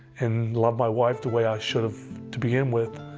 and love my wife the way i should have to begin with,